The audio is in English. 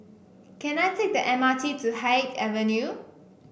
can I take the M R T to Haig Avenue